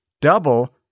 double